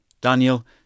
Daniel